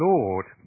Lord